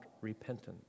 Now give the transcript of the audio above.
repentance